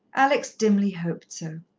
alex dimly hoped so.